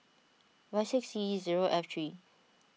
Y six C zero F three